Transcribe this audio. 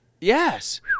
Yes